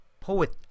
Poet